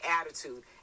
attitude